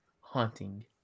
haunting